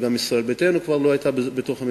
וגם ישראל ביתנו כבר לא היתה בממשלה,